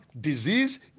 disease